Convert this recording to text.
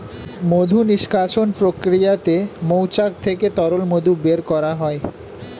মধু নিষ্কাশণ প্রক্রিয়াতে মৌচাক থেকে তরল মধু বের করা হয়